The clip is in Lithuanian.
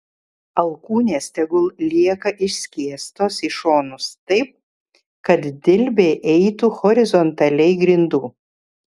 alkūnės tegul lieka išskėstos į šonus taip kad dilbiai eitų horizontaliai grindų